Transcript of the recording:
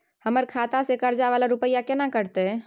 हमर खाता से कर्जा वाला रुपिया केना कटते?